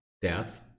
Death